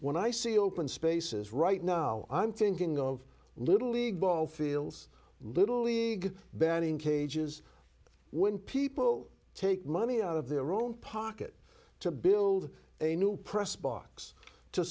when i see open spaces right now i'm thinking of little league ball fields little league and in cages when people take money out of their own pocket to build a new press box to